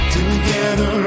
Together